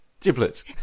Giblets